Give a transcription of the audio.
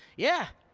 yeah.